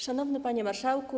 Szanowny Panie Marszałku!